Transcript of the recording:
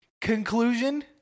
conclusion